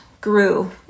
grew